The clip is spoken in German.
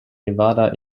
nevada